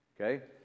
Okay